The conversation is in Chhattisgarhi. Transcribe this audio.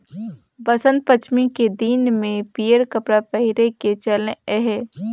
बसंत पंचमी के दिन में पीयंर कपड़ा पहिरे के चलन अहे